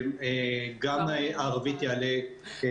גם ערבית יעלה אם לא היום, אז מחר.